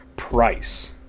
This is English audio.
price